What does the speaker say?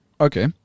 Okay